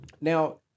Now